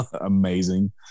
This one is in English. amazing